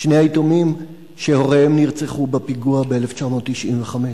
את שני היתומים שהוריהם נרצחו בפיגוע ב-1995.